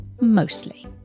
mostly